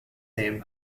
name